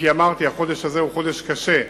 אם כי אמרתי שהחודש הזה הוא חודש קשה,